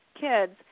kids